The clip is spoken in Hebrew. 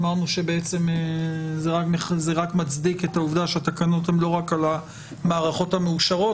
אמרנו שזה רק מצדיק את העובדה שהתקנות הן לא רק על המערכות המאושרות,